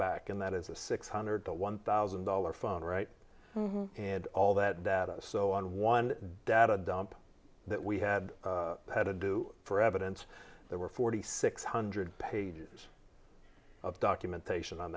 back and that is a six hundred to one thousand dollar phone right and all that data so on one data dump that we had had to do for evidence there were forty six hundred pages of documentation on